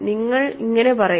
നിങ്ങൾ എങ്ങനെ പറയുന്നു